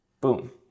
boom